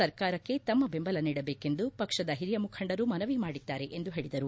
ಸರ್ಕಾರಕ್ಕೆ ತಮ್ಮ ಬೆಂಬಲ ನೀಡಬೇಕೆಂದು ಪಕ್ಷದ ಹಿರಿಯ ಮುಖಂಡರು ಮನವಿ ಮಾಡಿದ್ದಾರೆ ಎಂದು ಹೇಳಿದರು